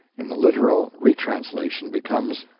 in the literal retranslation becomes,